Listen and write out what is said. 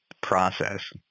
process